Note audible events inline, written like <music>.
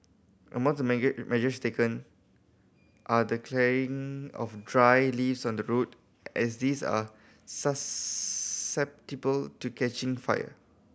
among the <unintelligible> measures taken are the clearing of dry leaves on road as these are susceptible to catching fire